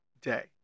day